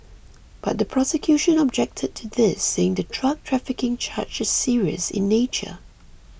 but the prosecution objected to this saying the drug trafficking charge is serious in nature